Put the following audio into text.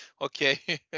okay